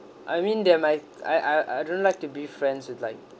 I mean they're my I I I don't like to be friends with like